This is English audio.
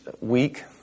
week